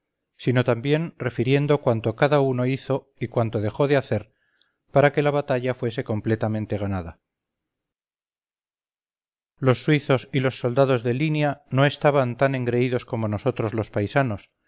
sino también refiriendo cuanto cada uno hizo y cuanto dejó de hacer para que la batalla fuese completamente ganada los suizos y los soldados de línea no estaban tan engreídos como nosotros los paisanos